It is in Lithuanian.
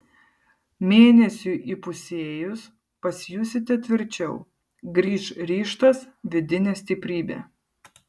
mėnesiui įpusėjus pasijusite tvirčiau grįš ryžtas vidinė stiprybė